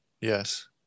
yes